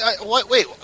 wait